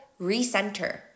recenter